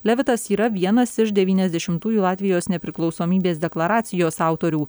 levitas yra vienas iš devyniadešimtųjų latvijos nepriklausomybės deklaracijos autorių